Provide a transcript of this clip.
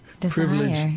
privilege